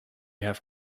have